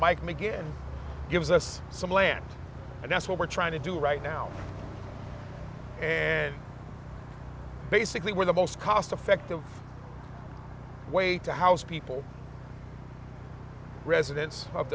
mike mcginn gives us some land and that's what we're trying to do right now and basically we're the most cost effective way to house people residents of